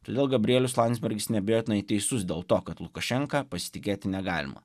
todėl gabrielius landsbergis neabejotinai teisus dėl to kad lukašenka pasitikėti negalima